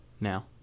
now